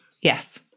Yes